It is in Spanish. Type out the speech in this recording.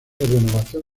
renovación